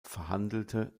verhandelte